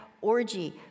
orgy